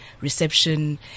reception